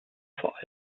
vor